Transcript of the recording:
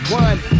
one